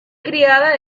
criada